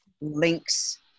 links